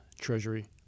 Treasury